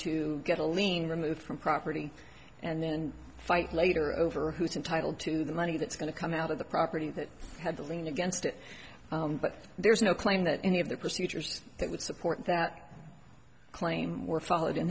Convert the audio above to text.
to get a lien removed from property and fight later over who is entitle to the money that's going to come out of the property that had to lean against it but there's no claim that any of the procedures that would support that claim were followed in